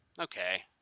okay